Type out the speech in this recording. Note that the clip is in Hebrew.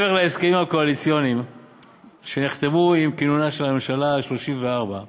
להסכמים הקואליציוניים שנחתמו עם כינונה של הממשלה ה-34,